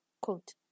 Quote